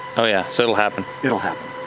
oh, yeah, so it'll happen. it'll happen.